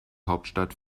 hauptstadt